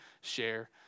share